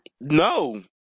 No